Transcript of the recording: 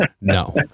no